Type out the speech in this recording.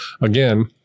again